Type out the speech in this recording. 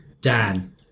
Dan